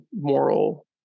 moral